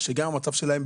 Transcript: שגם המצב שלהם,